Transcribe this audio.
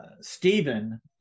Stephen